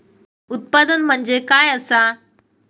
उत्पादन म्हणजे काय असा?